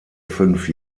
fünf